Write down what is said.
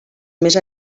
més